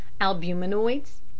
Albuminoids